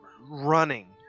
running